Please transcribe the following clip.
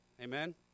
Amen